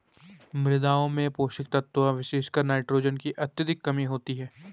मृदाओं में पोषक तत्वों विशेषकर नाइट्रोजन की अत्यधिक कमी होती है